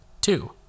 two